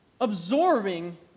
absorbing